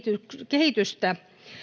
kehitystä